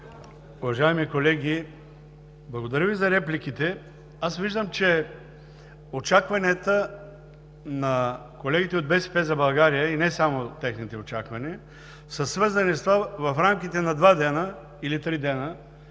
уважаеми колеги! Благодаря Ви за репликите. Аз виждам, че очакванията на колегите от „БСП за България“, и не само техните очаквания, са свързани с това в рамките на 2 или 3 дни,